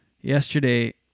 yesterday